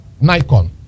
Nikon